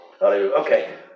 Okay